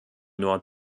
nord